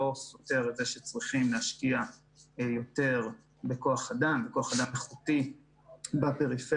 זה לא סותר את זה שצריך להשקיע יותר בכוח אדם איכותי בפריפריה,